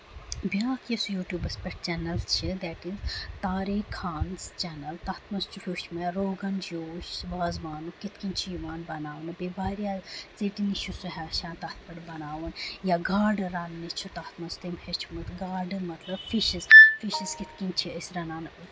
بیاکھ یُس یوٗٹوٗبَس پٮ۪ٹھ چنَل چھِ ڈیٹ اِز تاریک خانٕز چنَل تَتھ منٛز تہِ ہٮ۪وٚچھ مےٚ روگَن جوش وازوان کِتھ کٔنۍ چھُ یِوان بَناونہٕ بیٚیہِ واریاہ ژیٹنہِ چھُ سُہ ہٮ۪چھان تَتھ پٮ۪ٹھ بَناوٕنۍ یا گاڈٕ رَنٕنہِ چھِ تَتھ منٛز تٔمۍ ہٮ۪چھمٕژ گاڈٕ مطلب فِشِز فِشِز کِتھ کٔنۍ چھِ أسۍ رنان